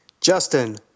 Justin